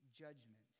judgment